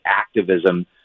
activism